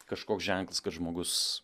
kažkoks ženklas kad žmogus